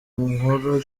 nkuru